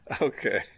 Okay